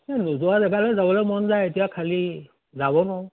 এই নোযোৱা জেগালৈ যাবলৈ মন যায় এতিয়া খালি যাব নোৱাৰোঁ